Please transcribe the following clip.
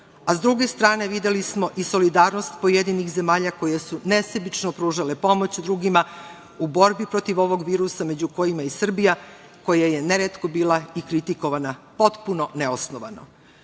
a s druge strane videli smo i solidarnost pojedinih zemalja koje su nesebično pružale pomoć drugima u borbi protiv ovog virusa, među kojima je i Srbija, koja je neretko bila i kritikovana potpuno neosnovano. Zato